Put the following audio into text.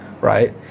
right